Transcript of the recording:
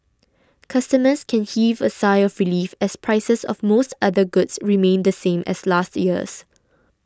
customers can heave a sigh of relief as prices of most other goods remain the same as last year's